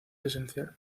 esencial